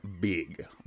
big